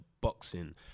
boxing